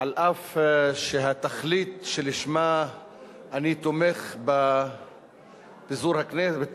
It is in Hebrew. אף שהתכלית שלשמה אני תומך בהתפזרות